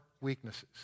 weaknesses